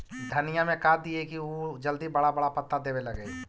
धनिया में का दियै कि उ जल्दी बड़ा बड़ा पता देवे लगै?